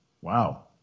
Wow